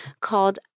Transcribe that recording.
called